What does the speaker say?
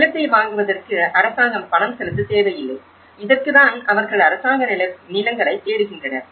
நிலத்தை வாங்குவதற்கு அரசாங்கம் பணம் செலுத்தத் தேவையில்லை இதற்குதான் அவர்கள் அரசாங்க நிலங்களைத் தேடுகின்றனர்